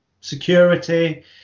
Security